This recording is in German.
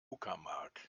uckermark